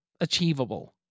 achievable